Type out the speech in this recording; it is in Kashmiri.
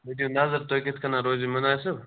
رٔٹِو نظر تُہۍ کِتھ کٔنن روزِ یہِ مُنٲسب